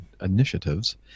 initiatives